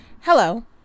Hello